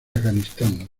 afganistán